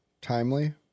timely